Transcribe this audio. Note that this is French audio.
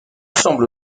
semble